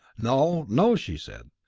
no, no, she said.